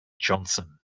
johnson